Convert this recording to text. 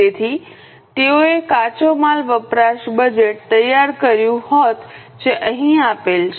તેથી તેઓએ કાચો માલ વપરાશ બજેટ તૈયાર કર્યું હોત જે અહીં આપેલ છે